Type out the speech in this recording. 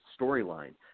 storyline